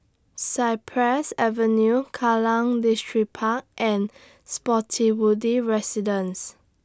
Cypress Avenue Kallang Distripark and Spottiswoode Residences